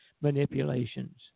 manipulations